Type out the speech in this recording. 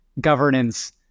governance